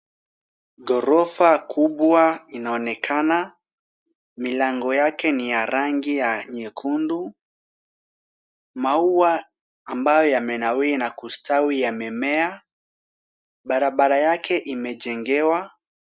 Ghorofa kubwa inaonekana, milango yake ni ya rangi ya nyekundu. Maua ambayo yamenawiri na kustawi yamemea, barabara yake imejengewa.